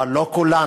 אבל לא לכולן,